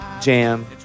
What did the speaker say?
Jam